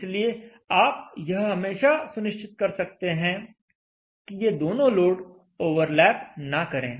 इसलिए आप यह हमेशा सुनिश्चित कर सकते हैं कि ये दोनों लोड ओवरलैप ना करें